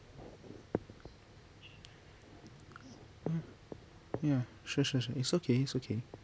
mm ya sure sure sure it's okay it's okay